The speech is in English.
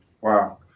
Wow